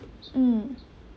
mm